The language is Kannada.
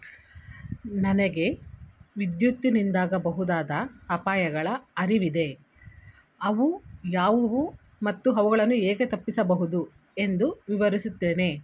ನನಗೆ ವಿದ್ಯುತ್ತಿನಿಂದಾಗಬಹುದಾದ ಅಪಾಯಗಳ ಅರಿವಿದೆ ಅವು ಯಾವುವು ಮತ್ತು ಅವುಗಳನ್ನು ಹೇಗೆ ತಪ್ಪಿಸಬಹುದು ಎಂದು ವಿವರಿಸುತ್ತೇನೆ